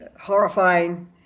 horrifying